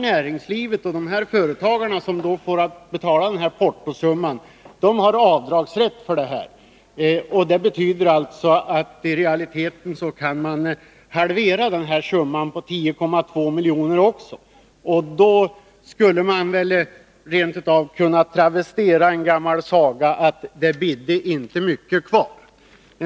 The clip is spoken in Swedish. Näringslivet och de företagare som har att betala portosumman har avdragsrätt för detta. Det betyder alltså att i realiteten kan man halvera också summan 10,2 milj.kr. Då skulle man väl rent av kunna travestera ett gammalt uttryck och säga: Det bidde inte mycket kvar.